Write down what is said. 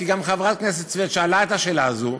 כי גם חברת הכנסת סויד שאלה את השאלה הזו,